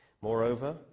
Moreover